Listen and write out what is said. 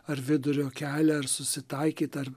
ar vidurio kelią ar susitaikyt ar